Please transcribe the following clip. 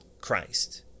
christ